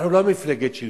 אנחנו לא מפלגת שלטון.